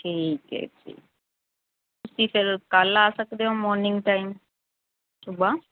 ਠੀਕ ਹੈ ਜੀ ਤੁਸੀਂ ਚਲੋ ਕੱਲ੍ਹ ਆ ਸਕਦੇ ਹੋ ਮੋਰਨਿੰਗ ਟਾਈਮ ਸੁਬਾਹ